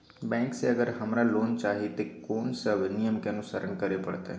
Bank से अगर हमरा लोन चाही ते कोन सब नियम के अनुसरण करे परतै?